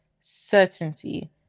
certainty